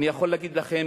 אני יכול להגיד לכם,